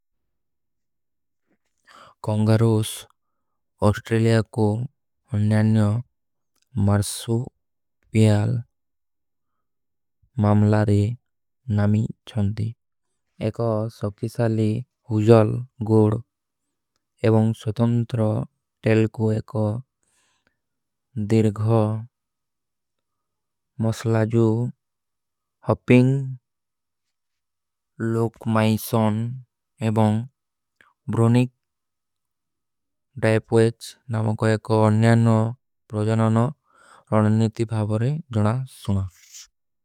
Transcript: Kangaroos Australia କୋ ହୁଞ୍ଯାନ୍ଯ ମର୍ଶୁ ପିଯାଲ। ମାମଲାରେ ନାମୀ ଚଂଦୀ ଏକ ସକ୍ଯିସାଲେ ହୁଜଲ ଗୋଡ ଏବଂଗ ସ୍ଵତନ୍ତ୍ର ଟେଲ। କୋ ଏକ ଦିର୍ଘହ ମସଲାଜୂ ହପିଂଗ। ଲୋକ ମାଈ ସୌନ ଏବଂଗ ବ୍ରୋନିକ ଡୈପ ଵେଚ ନାମୋଂ। କୋ ଏକ ଅନ୍ଯାନୋଂ ପ୍ରୋଜାନାନୋଂ ରଣନିତି ଭାବରେ ଜଣା ସୁନା।